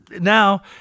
now